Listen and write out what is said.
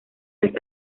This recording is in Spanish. las